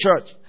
church